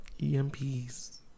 EMPs